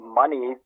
money